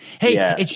hey